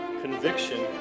conviction